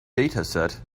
dataset